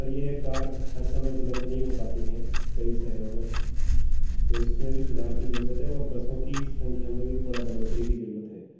पर ये है कार हर समय उपलब्ध नहीं हो पाती हैं कई शहरों में तो इसमें भी सुधार की ज़रूरत है और बसों की संख्या में भी थोड़ा बढ़ोतरी की ज़रूरत है